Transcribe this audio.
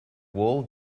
wall